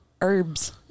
herbs